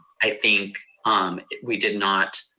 i think um we did not,